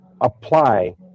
apply